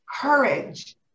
courage